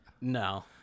No